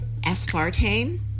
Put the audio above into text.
aspartame